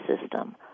system